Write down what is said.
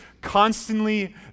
constantly